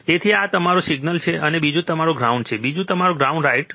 તેથી એક તમારું સિગ્નલ છે અને બીજું તમારું ગ્રાઉન્ડ છે બીજું તમારું ગ્રાઉન્ડ રાઇટ છે